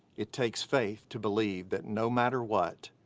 it takes faith to believe that no matter what,